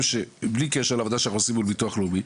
בלי קשר לעבודה שאנחנו עושים מול הביטוח הלאומי,